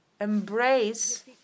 embrace